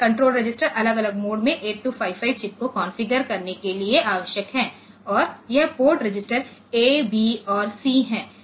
control रजिस्टरअलग अलग mode में 8255 चिप को कॉन्फ़िगर करने के लिए आवश्यक है और यह पोर्ट रजिस्टरए बी और सी है